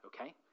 okay